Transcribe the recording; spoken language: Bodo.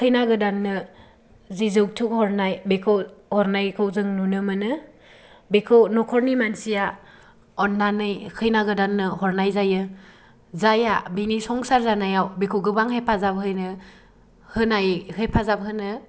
खैना गोदाननो जि जौतुक हरनाय बेखौ हरनायखौ जों नुनो मोनो बेखौ न'खरनि मानसिया अननानै खैना गोदाननो हरनाय जायो जायहा बिनि संसार जानायाव बेखौ गोबां हेफाजाब होयो हेफाजाब होनो